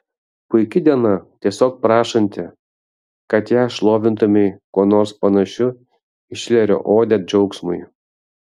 puiki diena tiesiog prašanti kad ją šlovintumei kuo nors panašiu į šilerio odę džiaugsmui